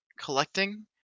collecting